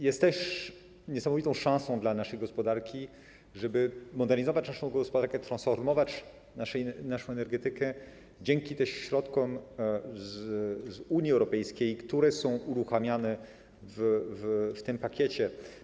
Jest też niesamowitą szansą dla naszej gospodarki na to, żeby modernizować naszą gospodarkę, transformować naszą energetykę też dzięki środkom z Unii Europejskiej, które są uruchamiane w tym pakiecie.